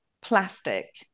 plastic